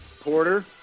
Porter